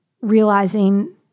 realizing